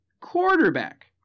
quarterback